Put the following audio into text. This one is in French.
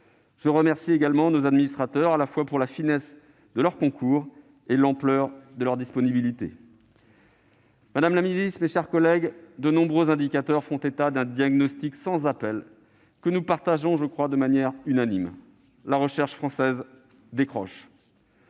Je remercie également nos administrateurs de la finesse de leur concours et de l'ampleur de leur disponibilité. Madame la ministre, mes chers collègues, de nombreux indicateurs font état d'un diagnostic sans appel, que nous partageons de manière unanime : la recherche française décroche.